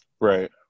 Right